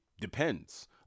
depends